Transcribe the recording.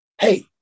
hey